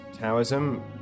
Taoism